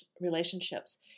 relationships